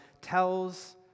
tells